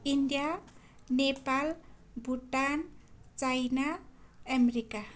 India Nepal Bhutan China America